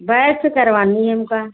backs करवाना है हमको